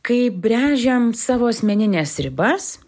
kai brežiam savo asmenines ribas